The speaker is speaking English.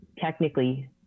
technically